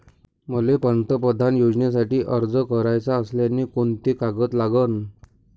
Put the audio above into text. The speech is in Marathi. मले पंतप्रधान योजनेसाठी अर्ज कराचा असल्याने कोंते कागद लागन?